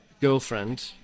girlfriend